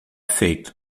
feito